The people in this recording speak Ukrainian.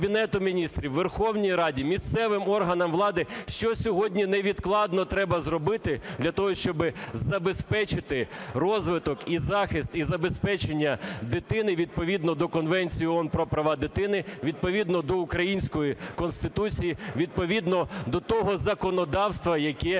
Кабінетом Міністрів, у Верховній Раді, місцевим органам влади, що сьогодні невідкладно треба зробити, для того щоби забезпечити розвиток і захист, і забезпечення дитини, відповідно до Конвенції ООН про права дитини, відповідно до української Конституції, відповідно до того законодавства, яке діє